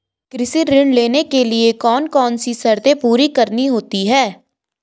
कृषि ऋण लेने के लिए कौन कौन सी शर्तें पूरी करनी होती हैं?